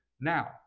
now